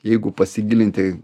jeigu pasigilinti